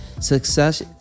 success